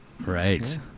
right